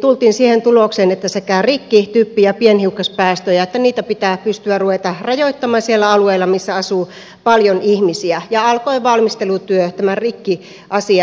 tultiin siihen tulokseen että rikki typpi ja pienhiukkaspäästöjä pitää pystyä ruveta rajoittamaan niillä alueilla missä asuu paljon ihmisiä ja alkoi valmistelutyö tämän rikkiasian osalta